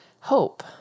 hope